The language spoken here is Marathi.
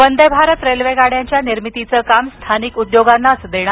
वंदेभारत रेल्वेगाड्यांच्या निर्मितीचं काम स्थानिक उद्योगांनाच देण्यात येणार